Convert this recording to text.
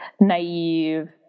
naive